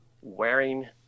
wearing